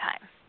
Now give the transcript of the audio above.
time